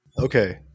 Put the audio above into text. Okay